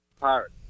pirate